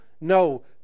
No